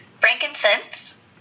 frankincense